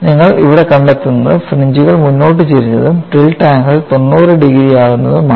നിങ്ങൾ ഇവിടെ കണ്ടെത്തുന്നത് ഫ്രിഞ്ച്കൾ മുന്നോട്ട് ചരിഞ്ഞതും ടിൽറ്റ് ആംഗിൾ 90 ഡിഗ്രി ആകുന്നതും ആണ്